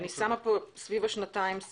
אני שמה סימן סביב השנתיים.